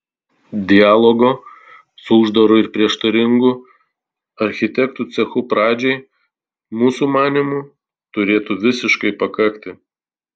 dialogo su uždaru ir prieštaringu architektų cechu pradžiai mūsų manymu turėtų visiškai pakakti